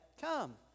come